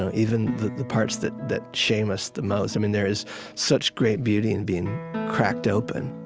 and even the parts that that shame us the most, i mean, there's such great beauty in being cracked open.